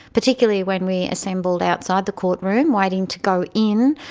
particularly when we assembled outside the courtroom waiting to go in,